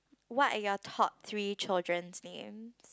what are your top three children's name